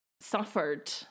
suffered